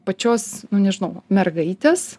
pačios nu nežinau mergaitės